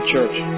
church